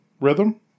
rhythm